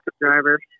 driver